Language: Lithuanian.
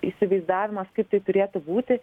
įsivaizdavimas kaip tai turėtų būti